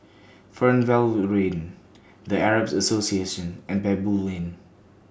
Fernvale Lane The Arab Association and Baboo Lane